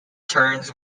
turns